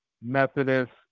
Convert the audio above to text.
Methodist